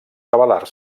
rebel·lar